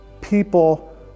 people